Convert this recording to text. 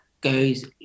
goes